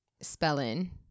Spellin